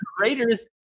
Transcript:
Raiders